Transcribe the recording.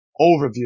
Overview